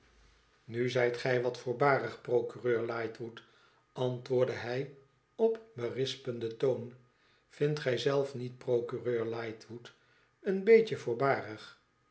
nu zijt gij wat voorbarig procureur lightwood antwoordde hij op berispenden toon t vindt gij zelf niet procureur lightwood een beetje voorbarig